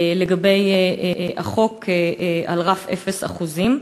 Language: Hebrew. לגבי החוק על רף אפס אחוזים.